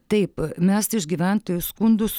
taip mes iš gyventojų skundus